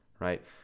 right